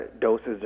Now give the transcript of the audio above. doses